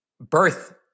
birth